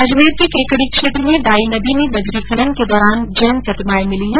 अजमेर के केकड़ी क्षेत्र में डाई नदी में बजरी खनन के दौरान जैन प्रतिमाएं मिली हैं